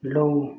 ꯂꯧ